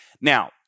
Now